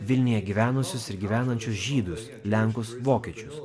vilniuje gyvenusius ir gyvenančius žydus lenkus vokiečius